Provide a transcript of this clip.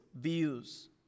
views